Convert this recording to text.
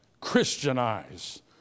Christianize